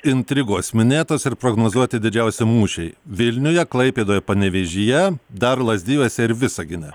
intrigos minėtos ir prognozuoti didžiausi mūšiai vilniuje klaipėdoje panevėžyje dar lazdijuose ir visagine